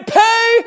pay